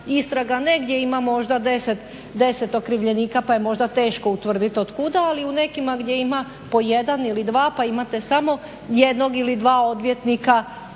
istraga, negdje ima možda 10 okrivljenika pa je možda teško utvrdit otkuda, ali u nekima gdje ima po 1 ili 2 pa imate samo jednog ili dva odvjetnika i sebe pa